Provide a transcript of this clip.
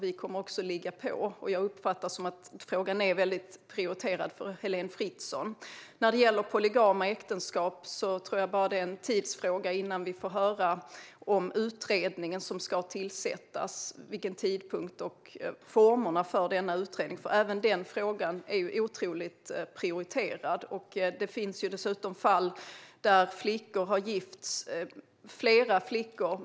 Vi kommer också att ligga på. Jag uppfattar att frågan är prioriterad för Heléne Fritzon. När det gäller polygama äktenskap tror jag att det bara är en tidsfråga innan vi får höra om utredningen som ska tillsättas, om tidpunkten och formerna för den. Även den frågan är otroligt prioriterad. Det finns dessutom fall där flera flickor har gifts bort med en man.